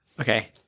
Okay